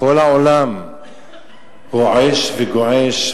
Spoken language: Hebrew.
כל העולם גועש ורועש.